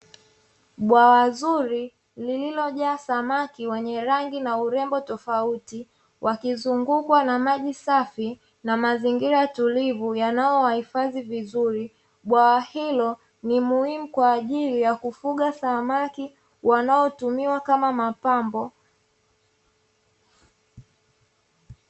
Bwawa zuri lililojaa samaki wenye rangi na urembo tofauti wakizungukwa na maji safi na mazingira tulivu yanayowahifadhi vizuri, bwawa hilo ni muhimu kwa ajili ya kufuga samaki wanaotumiwa kama mapambo.